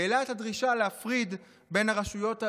העלה את הדרישה להפריד בין הרשויות הללו,